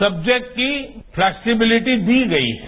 subject की flexibility दी गई है